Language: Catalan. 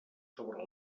sobre